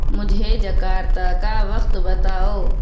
مجھے جکارتا کا وقت بتاؤ